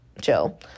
chill